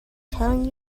telling